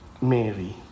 Mary